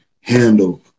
handle